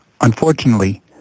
Unfortunately